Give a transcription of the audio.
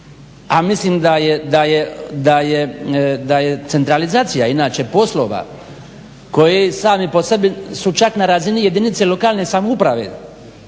a mislim da je centralizacija inače poslova koji sami po sebi su čak na razini jedinice lokalne samouprave